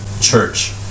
church